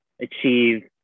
achieve